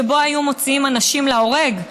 שבהם היו מוציאים אנשים להורג.